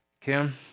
Kim